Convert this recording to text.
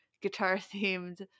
guitar-themed